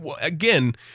again